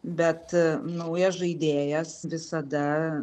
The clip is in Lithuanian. bet naujas žaidėjas visada